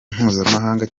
mpuzamahanga